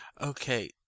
okay